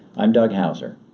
i'm doug houser.